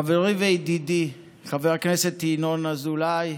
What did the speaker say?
חברי וידידי חבר הכנסת ינון אזולאי,